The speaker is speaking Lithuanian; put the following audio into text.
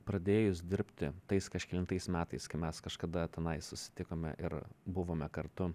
pradėjus dirbti tais kažkelintais metais kai mes kažkada tenai susitikome ir buvome kartu